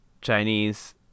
Chinese